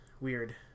weird